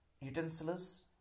utensils